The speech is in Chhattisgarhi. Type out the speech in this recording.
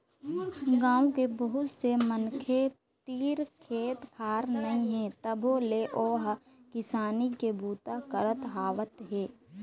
गाँव के बहुत से मनखे तीर खेत खार नइ हे तभो ले ओ ह किसानी के बूता करत आवत हे